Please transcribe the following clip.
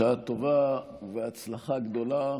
בשעה טובה ובהצלחה גדולה.